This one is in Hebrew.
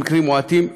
ובמקרים מועטים,